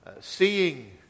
seeing